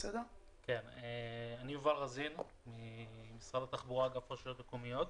אני ממשרד התחבורה, אגף רשויות מקומיות.